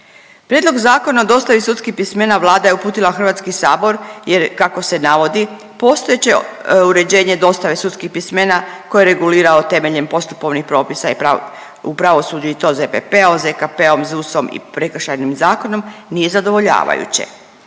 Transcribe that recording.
Prijedlog Zakona o dostavi sudskih pismena Vlada je uputila u HS jer, kako se navodi, postojeće uređenje dostave sudskih pismena koje je regulirao temeljem postupovnih propisa u pravosuđu i to ZPP-a, ZKP-om, ZUS-om i Prekršajnim zakonom nije zadovoljavajuće.